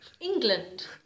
England